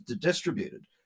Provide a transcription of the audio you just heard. distributed